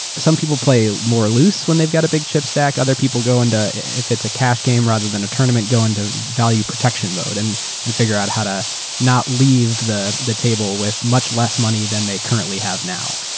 some people play more loose when they've got a big chips stack. other people go into if it's a cash game rather than a tournament going to value protection mode and and figure out how to not leave the the table with much less money than they currently have now.